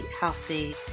healthy